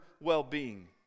well-being